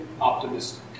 optimistic